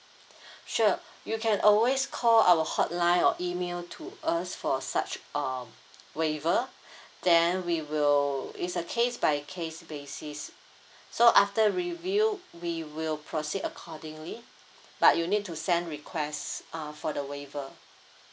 sure you can always call our hotline or email to us for such uh waiver then we will it's a case by case basis so after review we will proceed accordingly but you need to send request uh for the waiver